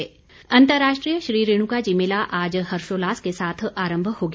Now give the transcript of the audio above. रेण्का अंतर्राष्ट्रीय श्री रेणुका जी मेला आज हर्षोल्लास के साथ आरंभ हो गया